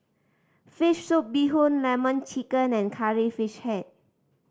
fish soup bee hoon Lemon Chicken and Curry Fish Head